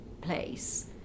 place